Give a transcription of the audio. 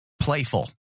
playful